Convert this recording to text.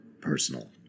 Personal